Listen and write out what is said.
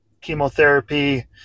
chemotherapy